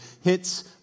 hits